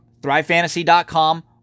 ThriveFantasy.com